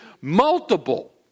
multiple